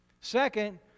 Second